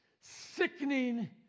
sickening